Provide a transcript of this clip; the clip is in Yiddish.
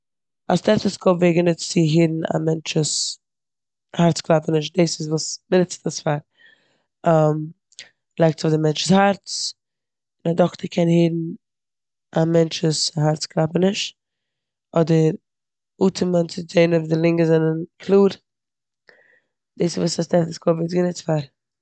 א סטעטעסקאופ ווערט גענוצט צו הערן א מענטשס הארץ קלאפעניש, דאס איז וואס מ'נוצט עס פאר. מ'לייגט עס אויף די מענטשס הארץ און א דאקטער קען הערן א מענטשס הארץ קלאפעניש אדער אטעמען צו זין אויב די לונגען זענען קלאר. דאס איז וואס א סטעטעסקאופ ווערט גענוצט פאר.